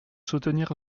soutenir